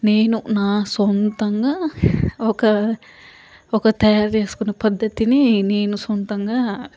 నేను నా సొంతంగా ఒక ఒక తయారు చేసుకున్న పద్దతిని నేను సొంతంగా